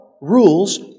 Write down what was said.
rules